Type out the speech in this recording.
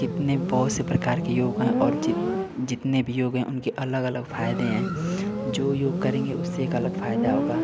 कितने बहुत से प्रकार के योग हैं और जि जितने भी योग हैं उनके अलग अलग फायदे हैं जो योग करेंगे उससे एक अलग फायदा होगा